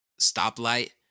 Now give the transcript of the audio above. stoplight